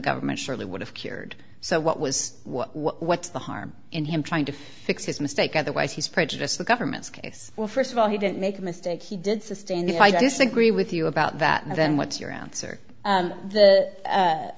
government surely would have cured so what was what's the harm in him trying to fix his mistake otherwise he's prejudiced the government's case well first of all he didn't make a mistake he did sustain the i disagree with you about that and then what's your answer that the